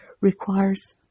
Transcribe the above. requires